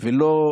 ולא